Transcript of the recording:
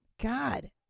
God